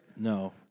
No